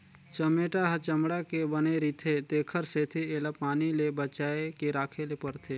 चमेटा ह चमड़ा के बने रिथे तेखर सेती एला पानी ले बचाए के राखे ले परथे